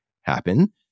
happen